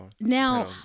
Now